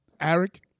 Eric